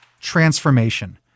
transformation